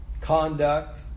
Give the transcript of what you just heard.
conduct